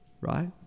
right